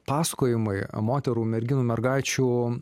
pasakojimai moterų merginų mergaičių